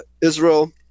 Israel